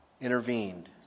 intervened